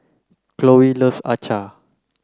Khloe loves Acar